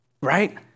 right